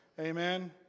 Amen